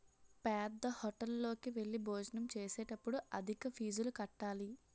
పేద్దహోటల్లోకి వెళ్లి భోజనం చేసేటప్పుడు అధిక ఫీజులు కట్టాలి